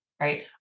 right